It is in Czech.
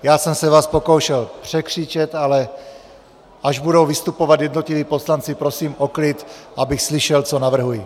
Já jsem se vás pokoušel překřičet, ale až budou vystupovat jednotliví poslanci, prosím o klid, abych slyšel, co navrhují.